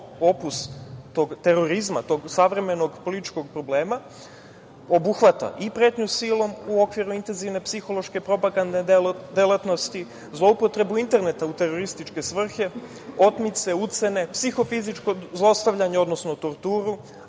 opus tog terorizma, tog savremenog političkog problema obuhvata i pretnju silom u okviru intenzivne psihološke propagandne delatnosti, zloupotrebu interneta u terorističke svrhe, otmice, ucene, psihofizičko zlostavljanje, odnosno torturu,